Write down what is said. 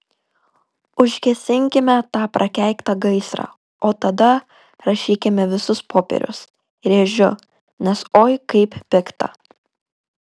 užgesinkime tą prakeiktą gaisrą o tada rašykime visus popierius rėžiu nes oi kaip pikta